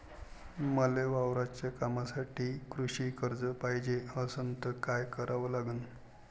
मले वावराच्या कामासाठी कृषी कर्ज पायजे असनं त काय कराव लागन?